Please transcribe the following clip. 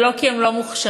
ולא כי הם לא מוכשרים,